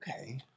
okay